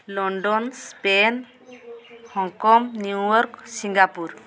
London Spain Hong Kong New York Singapore